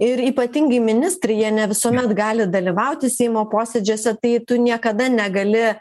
ir ypatingai ministrai jie ne visuomet gali dalyvauti seimo posėdžiuose tai tu niekada negali